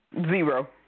Zero